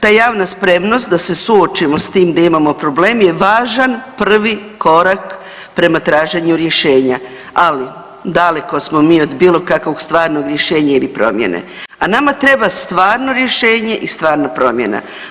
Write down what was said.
Ta javna spremnost da se suočimo s tim da imamo problem je važan prvi korak prema traženju rješenja, ali daleko smo mi od bilo kakvog stvarnog rješenja ili promijene, a nama treba stvarno rješenje i stvarna promjena.